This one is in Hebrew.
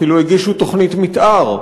הם אפילו הגישו תוכנית מתאר,